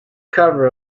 cover